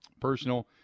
Personal